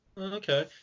okay